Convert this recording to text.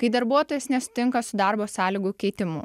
kai darbuotojas nesutinka su darbo sąlygų keitimu